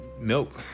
milk